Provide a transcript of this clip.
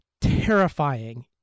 terrifying